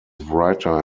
writer